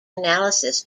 analysis